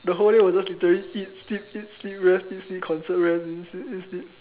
the whole day was just literally eat sleep eat sleep rest eat sleep concert rest eat sleep eat sleep